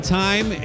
time